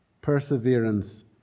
perseverance